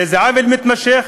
הרי זה עוול מתמשך,